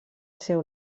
seu